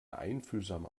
einfühlsame